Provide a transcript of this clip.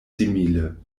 simile